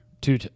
two